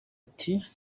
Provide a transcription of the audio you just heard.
ati